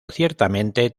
ciertamente